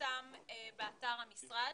מפורסם באתר המשרד,